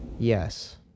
Yes